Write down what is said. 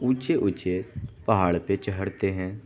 اونچے اونچے پہاڑ پہ چڑھتے ہیں